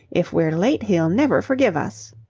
if we're late, he'll never forgive us.